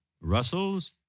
Russell's